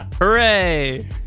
Hooray